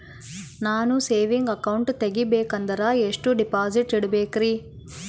ನಾನು saving account ತೆಗಿಬೇಕಂದರ ಎಷ್ಟು ಡಿಪಾಸಿಟ್ ಇಡಬೇಕ್ರಿ?